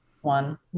one